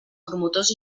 promotors